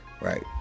right